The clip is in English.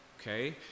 okay